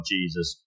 Jesus